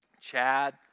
Chad